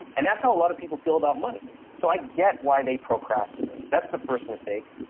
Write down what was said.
and that's how a lot of people feel about money. so i get why they procrastinate. that's the first mistake.